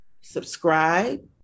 subscribe